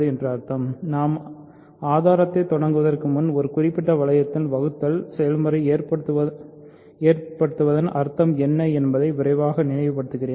நாம் ஆதாரத்தைத் தொடங்குவதற்கு முன் ஒரு குறிப்பிட்ட வளையத்தில் வகுத்தல் செயல்முறை ஏற்படுவதன் அர்த்தம் என்ன என்பதை விரைவாக நினைவுபடுத்துகிறேன்